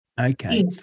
Okay